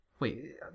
Wait